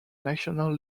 national